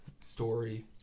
story